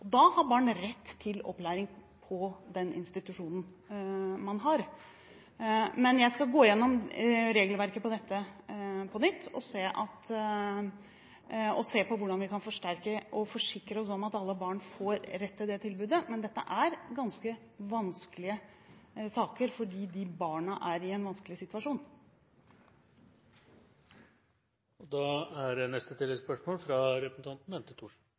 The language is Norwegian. Da har barn rett til opplæring på den institusjonen der de er. Jeg skal gå igjennom regelverket for dette på nytt og se på hvordan vi kan forsterke dette og forsikre oss om at alle barn får rett til det tilbudet. Men dette er ganske vanskelige saker fordi de barna er i en vanskelig situasjon.